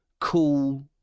cool